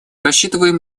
рассчитываем